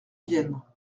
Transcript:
vienne